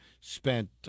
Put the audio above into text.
spent